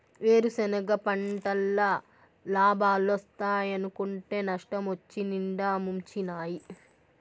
వేరుసెనగ పంటల్ల లాబాలోస్తాయనుకుంటే నష్టమొచ్చి నిండా ముంచినాయి